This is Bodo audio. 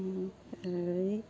ओइ